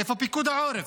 איפה פיקוד העורף?